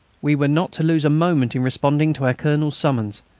we were not to lose a moment in responding to our colonel's summons,